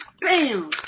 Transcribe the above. Bam